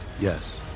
Yes